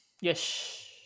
Yes